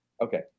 okay